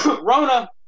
Rona